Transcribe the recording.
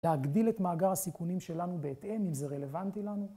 להגדיל את מאגר הסיכונים שלנו בהתאם, אם זה רלוונטי לנו.